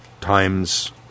times